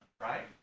right